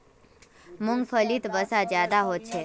मूंग्फलीत वसा ज्यादा होचे